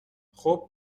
خوب